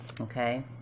Okay